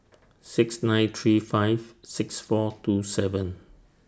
six nine three five six four two seven